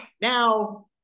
Now